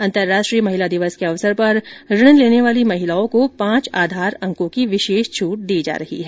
अंतर्राष्ट्रीय महिला दिवस के अवसर पर ऋण लेने वाली महिलाओं को पांच आधार अंकों की विशेष छूट दी जा रही है